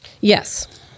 Yes